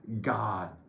God